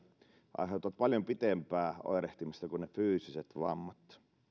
aiheuttavat paljon pitempää oirehtimista kuin ne fyysiset vammat